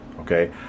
okay